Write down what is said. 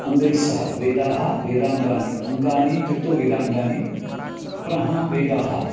अङ्गैः सह वेदाः वेदाङ्गानि अङ्गानि इत्युकौ वेदाङ्गानि पुनः वेदाः